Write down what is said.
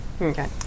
Okay